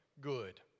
good